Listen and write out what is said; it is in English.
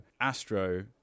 astro